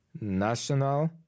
national